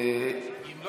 לא